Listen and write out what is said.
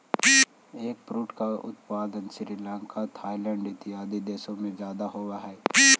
eggfruit का उत्पादन Sri Lanka Thailand इत्यादि देशों में ज्यादा होवअ हई